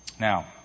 Now